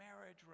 marriage